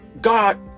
God